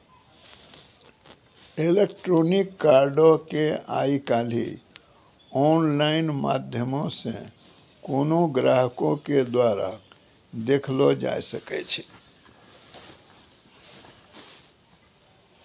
electronic कार्डो के आइ काल्हि आनलाइन माध्यमो से कोनो ग्राहको के द्वारा देखलो जाय सकै छै